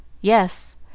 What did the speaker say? Yes